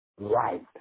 right